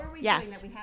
Yes